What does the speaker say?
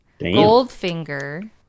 Goldfinger